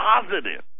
positive